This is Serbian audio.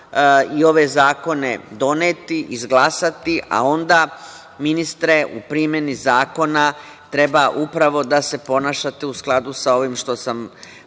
i ove zakone doneti, izglasati, a onda, ministre, u primeni zakona treba upravo da se ponašate u skladu sa ovim što sam